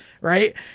Right